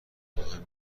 مهم